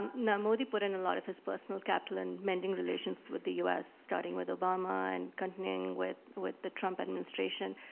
now modi put in a lot of his personal capital in mending relations with the us, starting with obama and continuing with with the trump administration,